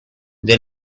they